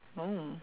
oh